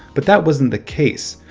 but that wasn't the case,